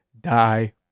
die-